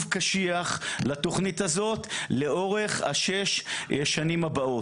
קשיח לתוכנית הזאת לאורך שש השנים הבאות?